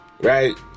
right